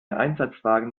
einsatzwagen